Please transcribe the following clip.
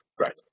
right